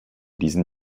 diesen